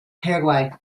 paraguay